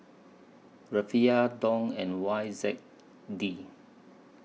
Rufiyaa Dong and Y Z D